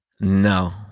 No